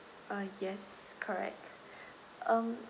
uh yes correct um